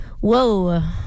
Whoa